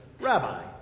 Rabbi